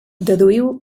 deduïu